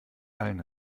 allen